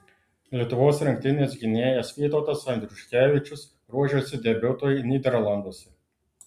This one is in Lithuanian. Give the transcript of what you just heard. lietuvos rinktinės gynėjas vytautas andriuškevičius ruošiasi debiutui nyderlanduose